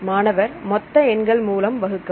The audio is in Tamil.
மாணவர் மொத்த எண்கள் மூலம் வகுக்கவும்